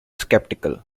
sceptical